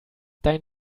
dein